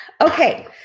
Okay